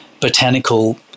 botanical